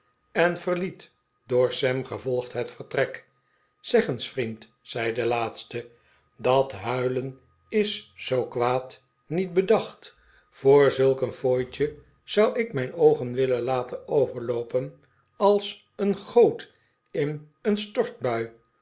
en verliet door sam gevolgd het vertrek zeg eens vriend zei de laatste dat huilen is nog zoo kwaad niet bedacht voor zulk een fooitje zou ik mijn oogen willen laten overloopen als een goot in een stortbui